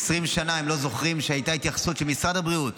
20 שנה הם לא זוכרים שהייתה התייחסות של משרד הבריאות